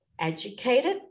educated